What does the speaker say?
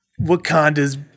Wakanda's